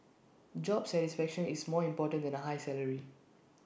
job satisfaction is more important than A high salary